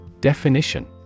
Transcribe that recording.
Definition